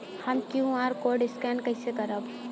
हम QR code scan कइसे करब?